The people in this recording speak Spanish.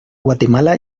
guatemala